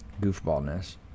goofballness